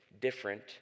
different